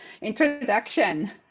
Introduction